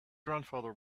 grandfather